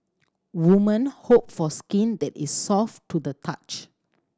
woman hope for skin that is soft to the touch